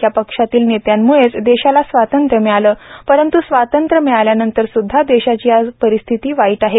या पक्षातील नेत्यांमुळेच देशाला स्वातंत्र्य मिळाले परंत् स्वातंत्र्य मिळाल्यानंतर सुदधा देशाची आज परिस्थिती वाईट आहे